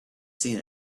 seen